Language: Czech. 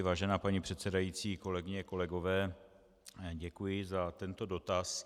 Vážená paní předsedající, kolegyně, kolegové, děkuji za tento dotaz.